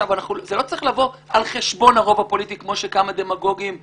זה לא צריך לבוא על חשבון הרוב הפוליטי כמו שכמה דמגוגים אומרים: